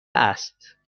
است